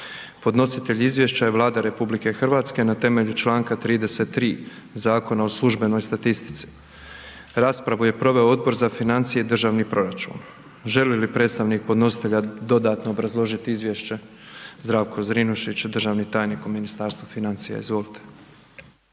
Podnositelj izvješća je Vlada RH na temelju članka 33. zakona o službenoj statistici. Raspravu je proveo Odbor za financije i državni proračun. Želi li predstavnik podnositelja dodatno obrazložiti izvješće? Zdravko Zrinušić, državni tajnik u Ministarstvu financija, izvolite.